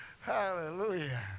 hallelujah